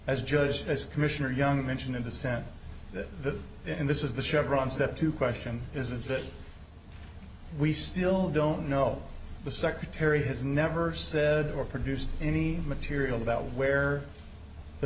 as judge as commissioner young mentioned in the sense that the in this is the chevron step to question is it we still don't know the secretary has never said or produced any material about where the